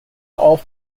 all